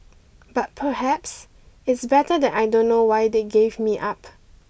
but perhaps it's better that I don't know why they gave me up